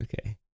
okay